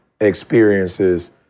experiences